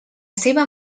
seva